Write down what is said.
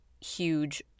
huge